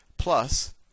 plus